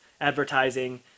advertising